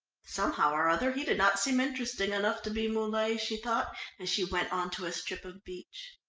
somehow or other he did not seem interesting enough to be muley, she thought as she went on to a strip of beach.